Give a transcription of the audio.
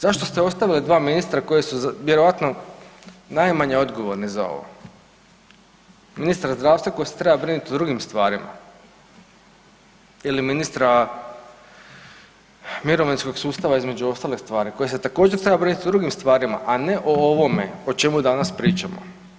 Zašto ste ostavili dva ministra koja su vjerojatno najmanje odgovorni za ovo, ministra zdravstva koji se treba brinut o drugim stvarima ili ministra mirovinskog sustava između ostale ostvari koji se također treba brinut o drugim stvarima, a ne o ovome o čemu danas pričamo?